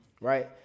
right